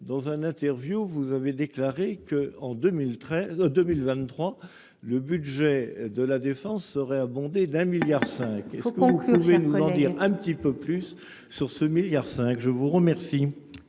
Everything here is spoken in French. Dans un interview vous avez déclaré que, en 2013 2023, le budget de la défense serait abondé d'un milliard 5 il faut concrétiser nous en dire un petit peu plus sur ce milliard cinq, je vous remercie.